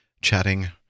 chatting